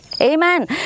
amen